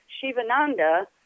Shivananda